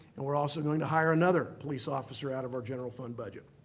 and we're also going to hire another police officer out of our general fund budget.